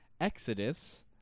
Exodus